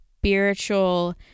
spiritual